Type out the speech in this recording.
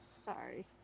Sorry